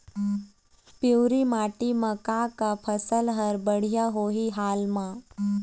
पिवरी माटी म का का फसल हर बढ़िया होही हाल मा?